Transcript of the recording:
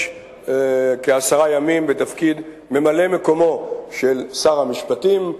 כעשרה ימים בתפקיד ממלא-מקומו של שר המשפטים,